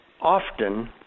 often